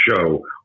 show